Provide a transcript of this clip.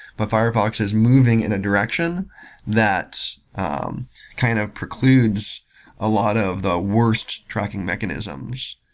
but firefox is moving in a direction that um kind of precludes a lot of the worst tracking mechanisms.